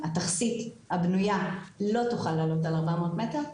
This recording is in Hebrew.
התכסית הבנויה לא תוכל לעלות על 400 מטר.